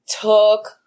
took